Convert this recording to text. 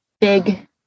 big